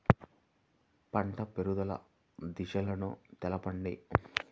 పంట పెరుగుదల దశలను తెలపండి?